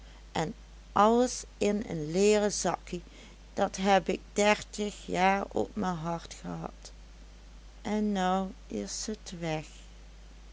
en alles in een leeren zakkie dat heb ik dertig jaar op me hart gehad en nou is het weg